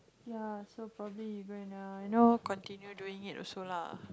ya so probably go and you know continue doing it also lah